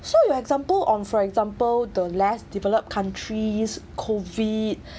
so your example on for example the less developed countries COVID